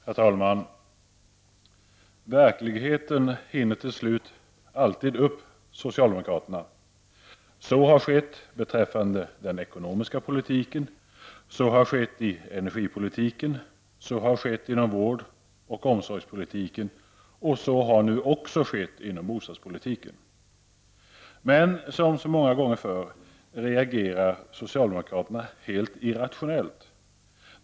Herr talman! Verkligheten hinner till slut alltid upp socialdemokraterna. Så har skett beträffande den ekonomiska politiken, så har skett i energipolitiken, så har skett inom vård och omsorgspolitiken, och så har nu också skett inom bostadspolitiken. Men som så många gånger förr reagerar socialdemokraterna helt irrationellt.